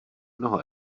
mnoho